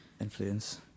influence